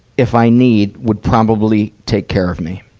if i need, would probably take care of me.